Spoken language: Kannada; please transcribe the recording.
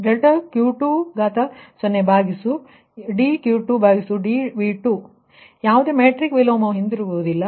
ಆದ್ದರಿಂದ ಯಾವುದೇ ಮೆಟ್ರಿಕ್ ವಿಲೋಮವು ಹಿಂತಿರುಗುವುದಿಲ್ಲ